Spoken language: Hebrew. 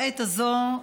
בעת הזאת,